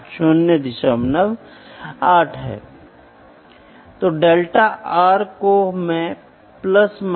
इसलिए मुझे अंतिम आउटपुट प्राप्त करने के लिए बदलने या एक डेरिवेटिव को लेने की आवश्यकता नहीं है